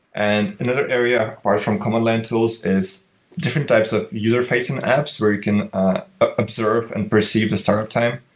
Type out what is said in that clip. and another area apart from common line tools is different types of user-facing apps where you can observe and perceive the startup time,